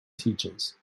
teachers